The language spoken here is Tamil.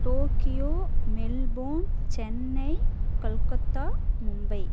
Tokyo Melbourne Chennai Calcutta Mumbai